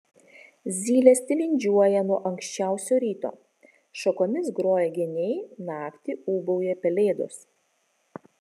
zylės tilindžiuoja nuo anksčiausio ryto šakomis groja geniai naktį ūbauja pelėdos